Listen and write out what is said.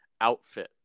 outfit